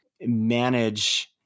manage